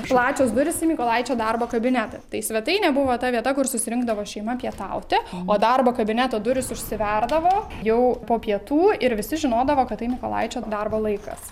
plačios durys į mykolaičio darbo kabinetą tai svetainė buvo ta vieta kur susirinkdavo šeima pietauti o darbo kabineto durys užsiverdavo jau po pietų ir visi žinodavo kad tai mykolaičio darbo laikas